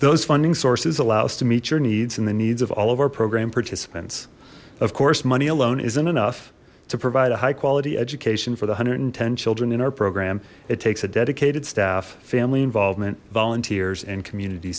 those funding sources allow us to meet your needs and the needs of all of our program participants of course money alone isn't enough to provide a high quality education for the hundred and ten children in our program it takes a dedicated staff family involvement volunteers and community